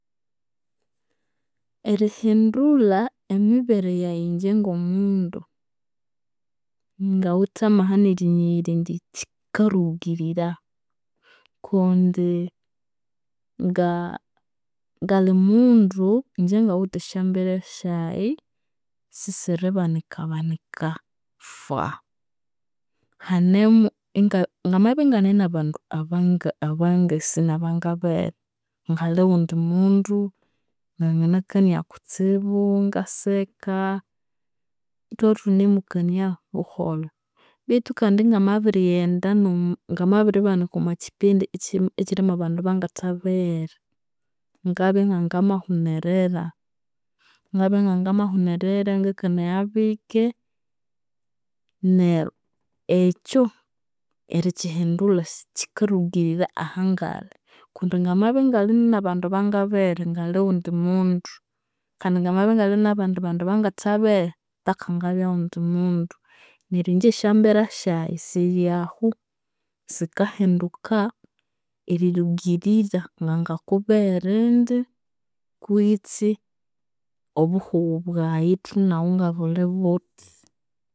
Erihindulha emibere yayi inje ngomundu, ngawithe amaha nerinighira indi kyikarugirira. Kundi nga- ngalimundu inje ngawithe esyambera syayi sisiribanikabanika faaa. Hanemu, nga- ngamabya ingane nabandu abangasi nabangabeghere, ngalighundi mundu, nanginakania kutsibu, ingaseka, ithwabya ithunemukania buholho betu kandi ngamabiribanika omwakyipindi ekyi ekyirimwabandu abangathabeghere, ngabya ngangamahunerera. Ngabya ngamahunerera, ngakanaya bike neryo ekyo erikyihindulha kyikarugirira ahangali, kundi namabya ingali nabandu abangabeghere ngali ghundi mundi, kandi ngamabya ingalinabandu bandu abangathabeghere, paka ngabya ghundi mundi. Neryo inje esyambera syayi siryahu, sikahinduka erirugirira ngangakubeghere indi, kwitsi obuhughu bwayi thunaghu ngabuli buthi.